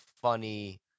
funny